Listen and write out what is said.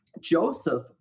Joseph